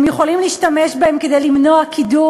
הם יכולים להשתמש בהם כדי למנוע קידום